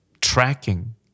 tracking